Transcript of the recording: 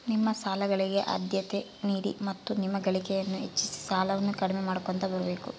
ನಿಮ್ಮ ಸಾಲಗಳಿಗೆ ಆದ್ಯತೆ ನೀಡಿ ಮತ್ತು ನಿಮ್ಮ ಗಳಿಕೆಯನ್ನು ಹೆಚ್ಚಿಸಿ ಸಾಲವನ್ನ ಕಡಿಮೆ ಮಾಡ್ಕೊಂತ ಬರಬೇಕು